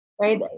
right